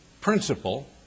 principle